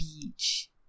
beach